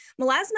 Melasma